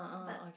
but